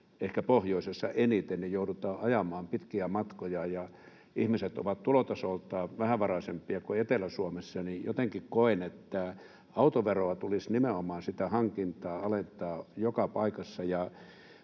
ehkä pohjoisessa eniten joudutaan ajamaan pitkiä matkoja ja ihmiset ovat tulotasoltaan vähävaraisempia kuin Etelä-Suomessa, niin jotenkin koen, että autoveroa, sitä hankintaa, tulisi nimenomaan alentaa joka paikassa.